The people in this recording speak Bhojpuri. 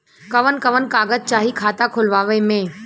कवन कवन कागज चाही खाता खोलवावे मै?